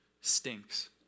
stinks